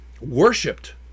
Worshipped